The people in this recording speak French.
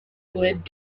poète